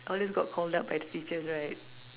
always got called up by teachers right